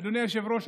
אדוני היושב-ראש,